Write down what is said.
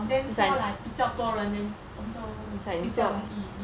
then four like 比较多人 then also 比较容易